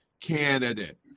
candidate